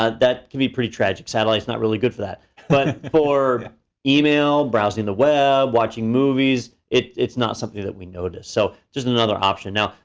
ah that could be pretty tragic, satellite's not really good for that. but for email, browsing the web, watching movies, it's not something that we notice. so, just another option now,